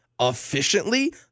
efficiently